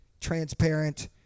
transparent